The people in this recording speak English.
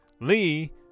Lee